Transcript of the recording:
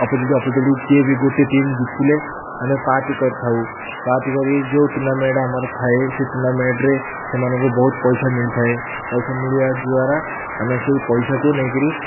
opposite opposite କିଏ ବି ଗୋଟେ ଟିମ୍ ଜିତିଥିଲେ ଆମେ ପାର୍ଟି କରିଥାଉ ପାର୍ଟି କରି ଯେଉଁ ଟୁର୍ଣାମେଣ୍ଟ ଆମର ଥାଏ ସେ ଟୁର୍ଣ୍ଣାମେଣ୍ଟରେ ସେମାନଙ୍କୁ ବହୁତ ପଇସା ମିଳିଥାଏ ପଇସା ମିଳିବା ଦ୍ୱାରା ଆମେ ସେହି ପଇସାକୁ ନେଇକିରି